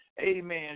amen